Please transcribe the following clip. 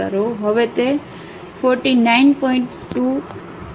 હવે તે 49